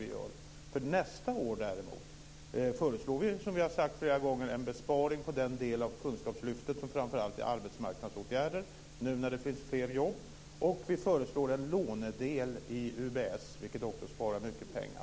För nästa år, däremot, föreslår vi, som vi har sagt flera gånger, en besparing på den del av kunskapslyftet som framför allt är arbetsmarknadsåtgärder. Det gör vi nu när det finns fler jobb. Vi föreslår också en lånedel i UBS, vilket sparar mycket pengar.